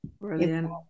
Brilliant